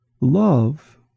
Love